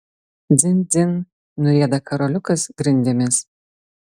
dzin dzin nurieda karoliukas grindimis